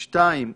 שתיים,